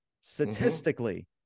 Statistically